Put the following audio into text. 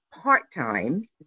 part-time